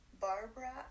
Barbara